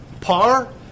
par